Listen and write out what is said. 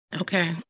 Okay